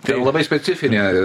ten labai specifinė